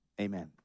amen